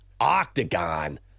Octagon